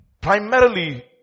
primarily